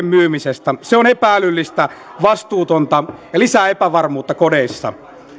myymisestä se on epä älyllistä ja vastuutonta ja lisää epävarmuutta kodeissa